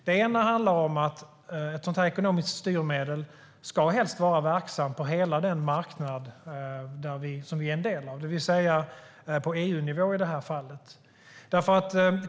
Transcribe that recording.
Det ena handlar om att ett sådant ekonomiskt styrmedel helst ska vara verksamt på hela den marknad som vi är en del av, det vill säga på EU-nivå i detta fall.